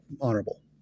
honorable